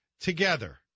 together